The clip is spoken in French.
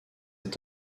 est